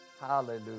Hallelujah